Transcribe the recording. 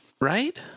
Right